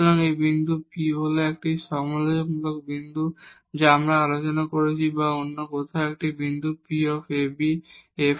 সুতরাং এই বিন্দু P হল একটি সমালোচনামূলক বিন্দু যা আমরা আলোচনা করেছি বা অন্য কথায় যদি একটি বিন্দু P a b